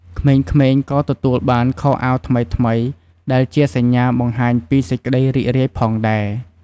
ក្មេងៗក៏ទទួលបាន ខោអាវថ្មីៗ ដែលជាសញ្ញាបង្ហាញពីសេចក្ដីរីករាយផងដែរ។